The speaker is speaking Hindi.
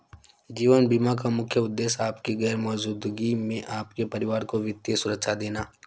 जीवन बीमा का मुख्य उद्देश्य आपकी गैर मौजूदगी में आपके परिवार को वित्तीय सुरक्षा देना